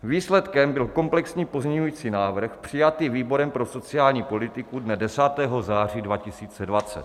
Výsledkem byl komplexní pozměňující návrh přijatý výborem pro sociální politiku dne 10. září 2020.